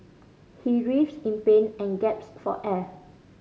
he writhed in pain and gasped for air